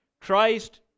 Christ